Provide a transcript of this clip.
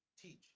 teach